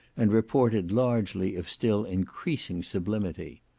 and reported largely of still increasing sublimity.